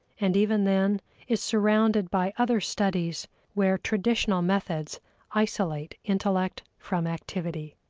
and even then is surrounded by other studies where traditional methods isolate intellect from activity.